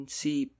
see